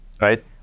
right